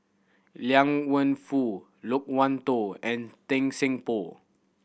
Liang Wenfu Loke Wan Tho and Tan Seng Poh